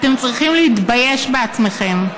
אתם צריכים להתבייש בעצמכם,